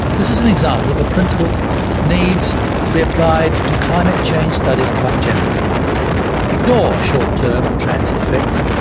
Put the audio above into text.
this is an example of a principle that needs to be applied to climate change studies quite generally ignore short term and transient effects,